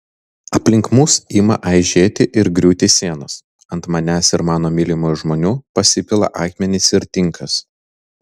aplink mus ima aižėti ir griūti sienos ant manęs ir mano mylimų žmonių pasipila akmenys ir tinkas